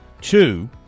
two